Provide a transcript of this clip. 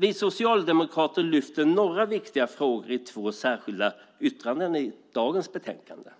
Vi socialdemokrater lyfter fram några viktiga frågor i två särskilda yttranden i dagens betänkande.